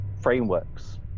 frameworks